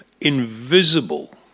invisible